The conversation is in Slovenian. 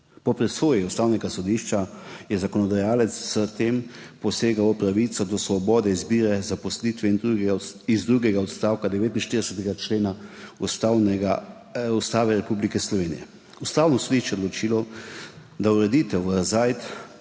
Po presoji Ustavnega sodišča je zakonodajalec s tem posegel v pravico do svobodne izbire zaposlitve iz drugega odstavka 49. člena Ustave Republike Slovenije. Ustavno sodišče je odločilo, da ureditev v ZAID